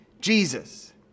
Jesus